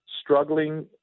struggling